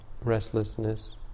restlessness